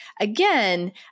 Again